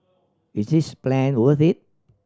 is this plan worth it